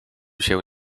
się